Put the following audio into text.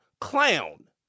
clown